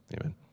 amen